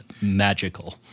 magical